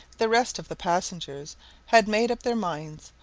the rest of the passengers had made up their minds,